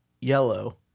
yellow